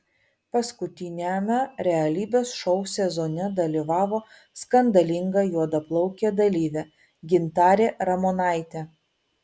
paskutiniame realybės šou sezone dalyvavo skandalinga juodaplaukė dalyvė gintarė ramonaitė